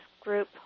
group